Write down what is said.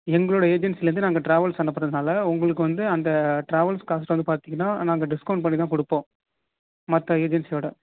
எங்களுடைய ஏஜென்சிலேருந்து நாங்கள் ட்ராவல்ஸ் அனுப்புகிறதுனால உங்களுக்கு வந்து அந்த ட்ராவல்ஸ் காஸ்ட் வந்து பார்த்தீங்கன்னா நாங்கள் டிஸ்கவுண்ட் பண்ணிதான் கொடுப்போம் மற்ற ஏஜென்சியை விட